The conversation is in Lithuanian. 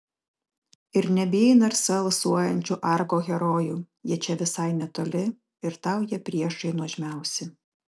ir nebijai narsa alsuojančių argo herojų jie čia visai netoli ir tau jie priešai nuožmiausi